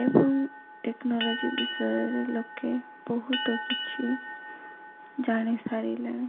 ଏବଂ ଟେକ୍ନୋଲୋଜି ବିଷୟରେ ଲୋକେ ବହୁତ କିଛି ଜାଣି ସାରିଲେଣି